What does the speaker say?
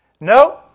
No